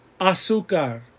azúcar